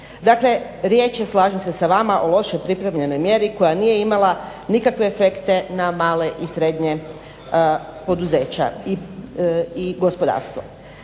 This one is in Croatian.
Dakle, riječ je slažem se sa vama o loše pripremljenoj mjeri koja nije imala nikakve efekte na mala i srednja poduzeća i gospodarstvo.